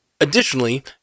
Additionally